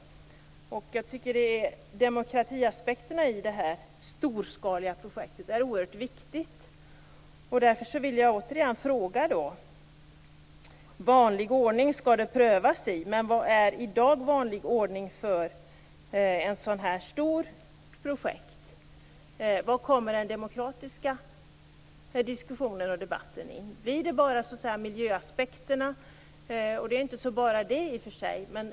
Jag tycker att demokratiaspekterna i det här storskaliga projektet är oerhört viktiga. Därför vill jag återigen fråga: Det skall prövas i vanlig ordning, men vad är i dag vanlig ordning för ett sådant här stort projekt? Var kommer den demokratiska diskussionen och debatten in? Blir det bara miljöaspekterna - det är i och för sig inte så bara - som kommer att kunna stoppa det här projektet?